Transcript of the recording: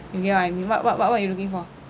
you get what I mean what what you looking for